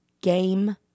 Game